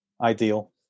ideal